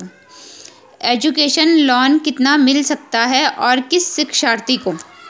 Education loan कितना मिल सकता है और किस शिक्षार्थी को?